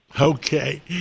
Okay